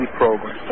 program